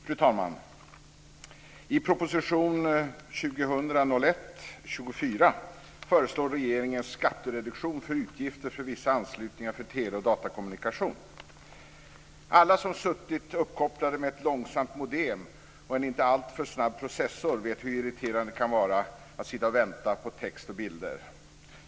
Fru talman! I proposition 2000/01:24 föreslår regeringen skattereduktion för utgifter för vissa anslutningar för tele och datakommunikation. Alla som suttit uppkopplade med ett långsamt modem och en inte alltför snabb processor vet hur irriterande det kan vara att sitta och vänta på text och bilder.